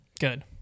Good